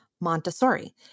Montessori